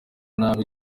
nabi